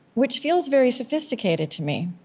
which feels very sophisticated to me.